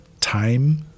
time